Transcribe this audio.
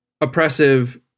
oppressive